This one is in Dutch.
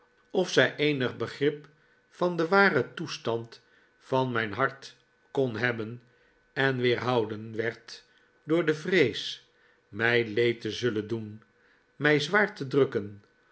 of zij eenig begrip van den waren toestand van mijn hart kon hebben en weerhouden werd door de vrees mij leed te zullen doen mij zwaar te drukken